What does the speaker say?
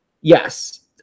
yes